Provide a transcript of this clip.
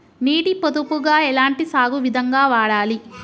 నీటి పొదుపుగా ఎలాంటి సాగు విధంగా ఉండాలి?